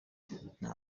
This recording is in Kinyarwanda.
nta